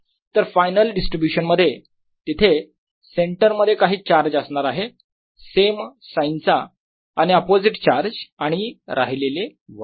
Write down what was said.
तर final distribution मध्ये तिथे सेंटरमध्ये काही चार्ज असणार आहे सेम साइनचा आणि अपोझिट चार्ज आणि राहिलेले वोल्युम